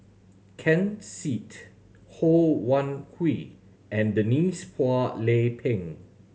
Ken Seet Ho Wan Hui and Denise Phua Lay Peng